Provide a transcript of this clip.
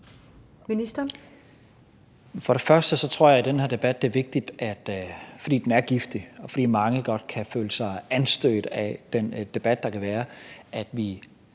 Tesfaye): For det første tror jeg, at det i den her debat, fordi den er giftig, og fordi mange godt kan tage anstød af den debat, der kan være, er